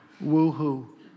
Woo-hoo